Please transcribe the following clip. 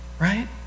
right